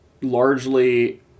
largely